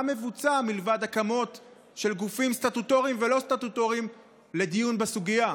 מה מבוצע מלבד הקמות של גופים סטטוטוריים ולא סטטוטוריים לדיון בסוגיה,